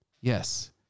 Yes